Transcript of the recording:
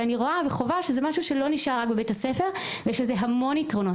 ואני רואה וחווה שזה משהו שלא נשאר רק בבתי הספר ויש לזה המון יתרונות,